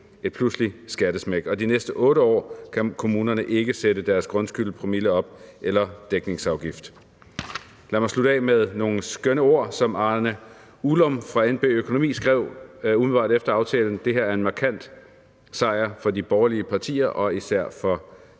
et pludseligt skattesmæk, og de næste 8 år kan kommunerne ikke sætte deres grundskyldspromille eller dækningsafgift op. Lad mig slutte af med nogle skønne ord, som Arne Ullum fra NB-Økonomi skrev umiddelbart efter aftalen: Det her er en markant sejr for de borgerlige partier og især for